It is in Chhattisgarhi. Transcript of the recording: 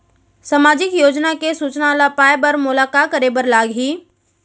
सामाजिक योजना के सूचना ल पाए बर मोला का करे बर लागही?